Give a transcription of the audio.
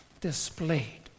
displayed